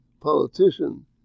politician